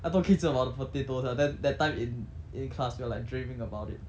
I told ki zhi about the potato sia then that time in in class we were like dreaming about it